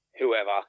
whoever